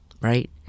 right